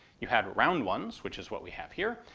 you had round ones, which is what we have here,